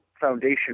foundation